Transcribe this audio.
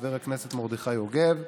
חבר הכנסת מרדכי יוגב,